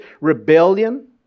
rebellion